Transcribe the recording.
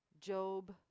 Job